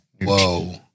whoa